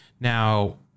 Now